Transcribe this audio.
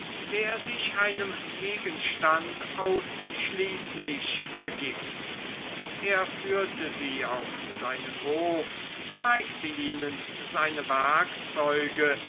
der sich einem gegenstand ausschließlich ergibt er führte sie auf seinen hof zeigte ihnen seine